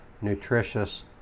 nutritious